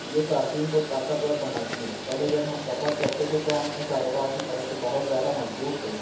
یہ صارفین کو طاقتور بناتی ہے پہلے جب ہم سفر کرتے تھے تو ہم اپنے کاروبار کی طرف سے بہت زیادہ مجبور تھے